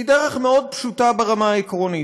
היא דרך מאוד פשוטה ברמה העקרונית,